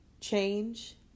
change